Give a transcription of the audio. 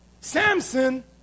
Samson